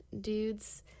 dudes